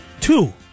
Two